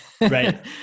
right